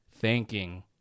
thanking